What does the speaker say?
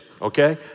Okay